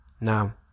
Now